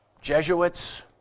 Jesuits